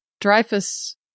Dreyfus